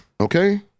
Okay